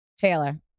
Taylor